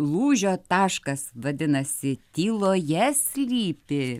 lūžio taškas vadinasi tyloje slypi